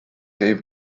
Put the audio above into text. gave